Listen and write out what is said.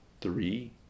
three